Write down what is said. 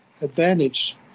advantage